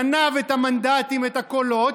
גנב את המנדטים, את הקולות,